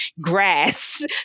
grass